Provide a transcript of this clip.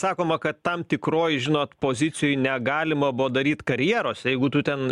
sakoma kad tam tikroj žinot pozicijoj negalima buvo daryt karjeros jeigu tu ten